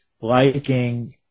liking